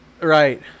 Right